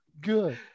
Good